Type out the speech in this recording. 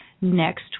next